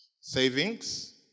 savings